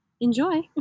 enjoy